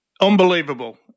Unbelievable